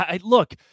look